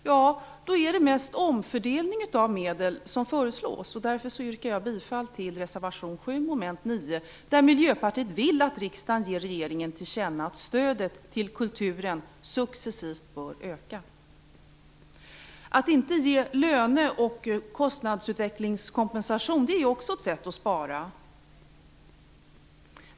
Det som föreslås är mest en omfördelning av medel. Jag yrkar därför bifall till reservation 7, mom. 9, i vilken Miljöpartiet vill att riksdagen ger regeringen till känna att stödet till kulturen successivt bör öka. Att inte ge löne och kostnadsutvecklingskompensation är också ett sätt att spara.